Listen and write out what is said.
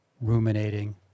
ruminating